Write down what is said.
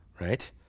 right